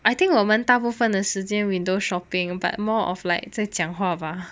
I think 我们大部分的时间 window shopping but more of like 在讲话吧